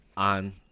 On